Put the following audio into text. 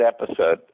episode